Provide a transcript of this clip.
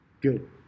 good